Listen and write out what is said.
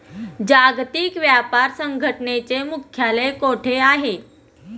जागतिक व्यापार संघटनेचे मुख्यालय कुठे आहे?